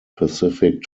pacific